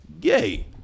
gay